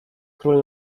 król